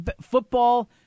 Football